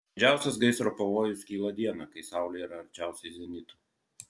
didžiausias gaisro pavojus kyla dieną kai saulė yra arčiausiai zenito